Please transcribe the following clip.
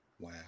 Wow